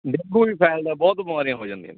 dengue ਵੀ ਫੈਲਦਾ ਬਹੁਤ ਬਿਮਾਰੀਆਂ ਹੋ ਜਾਂਦੀਆਂ